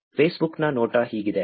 ಫೇಸ್ಬುಕ್ನ ನೋಟ ಹೀಗಿದೆ